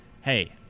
hey